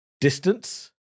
distance